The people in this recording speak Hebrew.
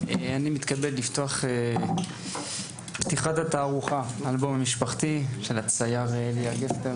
אני מתכבד לפתוח את פתיחת התערוכה "אלבום משפחתי" של הצייר איליה גפטר,